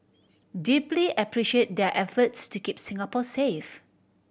deeply appreciate their efforts to keep Singapore safe